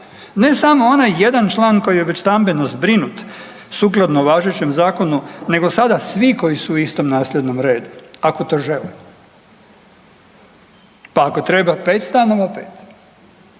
ne samo onaj jedan član koji je već stambeno zbrinut sukladno važećem Zakonu, nego sada svi koji su u istom nasljednom redu, ako to žele. Pa ako treba pet stanova, pet.